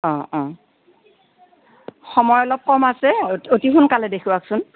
অ অ সময় অলপ কম আছে অ অতি সোনকালে দেখুৱাওকচোন